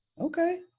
Okay